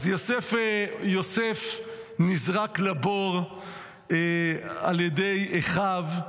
אז יוסף נזרק לבור על ידי אחיו.